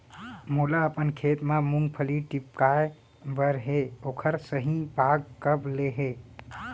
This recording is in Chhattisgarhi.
मोला अपन खेत म मूंगफली टिपकाय बर हे ओखर सही पाग कब ले हे?